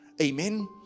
Amen